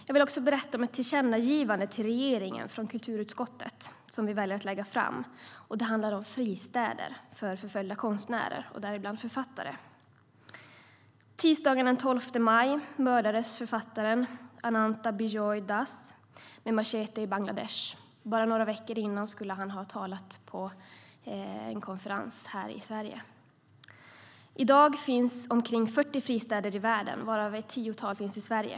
Jag vill också berätta om ett tillkännagivande till regeringen från kulturutskottet. Det handlar om fristäder för förföljda konstnärer, däribland författare. Tisdagen den 12 maj mördades författaren Ananta Bijoy Das med en machete i Bangladesh. Bara några veckor tidigare skulle han ha talat på en konferens här i Sverige. I dag finns omkring 40 fristäder i världen, varav ett tiotal finns i Sverige.